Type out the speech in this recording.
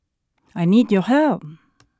I need your help